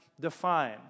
define